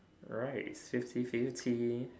right fifty fifty